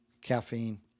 caffeine